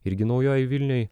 irgi naujojoj vilnioj